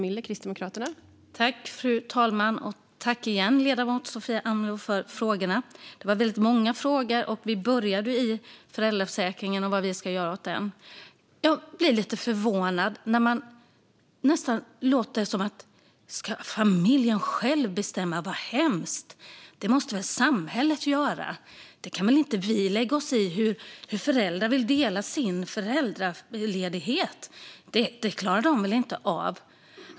Fru talman! Tack igen, ledamoten Sofia Amloh, för frågorna! Det var väldigt många frågor. Vi började i föräldraförsäkringen och vad vi ska göra åt den. Jag blir lite förvånad när det nästan låter som att man säger: Ska familjen själv bestämma? Vad hemskt! Det måste väl samhället göra? Vi måste väl lägga oss i hur föräldrar vill dela sin föräldraledighet - det klarar de väl inte av?